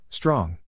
Strong